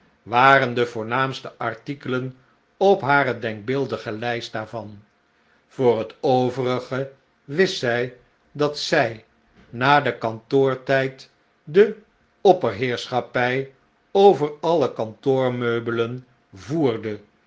waren de voornaamste artikelen op hare denkbeeldige lijst daarvan voor het overige wist zij dat zij na den kantoortijd de opperheerschappij over alle kantoormeubelen voerde